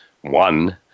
one